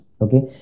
Okay